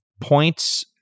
points